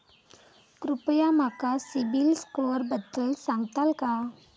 कृपया माका सिबिल स्कोअरबद्दल सांगताल का?